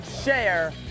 share